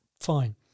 Fine